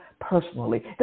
personally